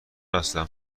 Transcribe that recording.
هستم